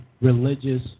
religious